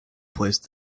place